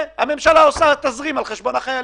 הממשלה עושה תזרים על חשבון החיילים,